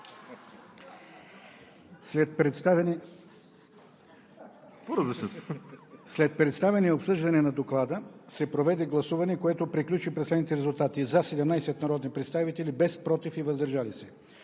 „След представяне и обсъждане на Доклада се проведе гласуване, което приключи при следните резултати: „за“ 17 народни представители, без „против“ и „въздържал се“.